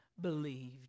believed